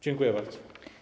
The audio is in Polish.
Dziękuję bardzo.